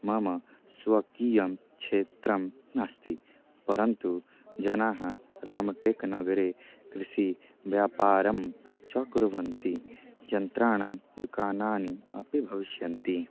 मम स्वकीयं क्षेत्रं नास्ति परन्तु जनाः रामटेक् नगरे कृषिव्यापारं च कुर्वन्ति यन्त्राणां दुकानानि अपि भविष्यन्ति